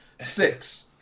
six